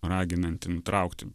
raginantį nutraukti